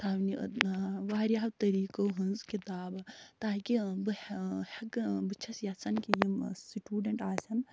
تھاونہِ وارِیاہو طٔریٖقو ہٕنٛز کِتابہٕ تاکہِ بہٕ ہَے ہٮ۪کہٕ بہٕ چھَس یَژھان کہِ یِم سِٹوٗڈنٛٹ آسن